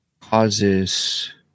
causes